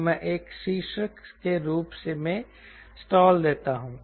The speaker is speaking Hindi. तो मैं एक शीर्षक के रूप में स्टाल देता हूं